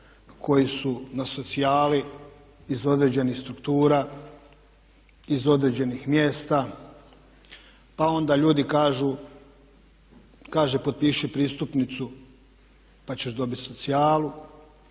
koji su na socijali iz određenih struktura, iz određenih mjesta pa onda ljudi kažu potpiši pristupnicu pa ćeš dobiti socijalu.